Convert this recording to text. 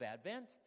Advent